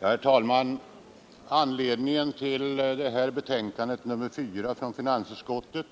Herr talman! Anledningen till betänkandet nr 4 från finansutskottet